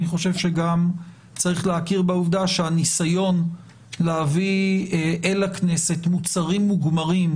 אני חושב שצריך להכיר בעובדה שהניסיון להביא אל הכנסת מוצרים מוגמרים,